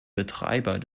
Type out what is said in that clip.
betreiber